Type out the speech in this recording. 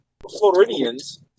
Floridians